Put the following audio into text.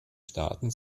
staaten